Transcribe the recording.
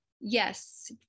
Yes